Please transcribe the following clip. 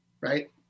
right